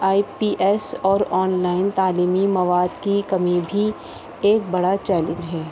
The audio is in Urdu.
آئی پی ایس اور آنلائن تعلیمی مواد کی کمی بھی ایک بڑا چیلنج ہے